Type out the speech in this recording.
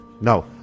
No